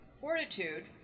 fortitude